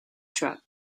truck